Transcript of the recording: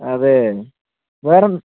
അതെ വേറെ